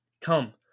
come